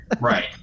Right